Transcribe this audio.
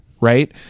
right